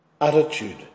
attitude